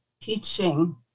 teaching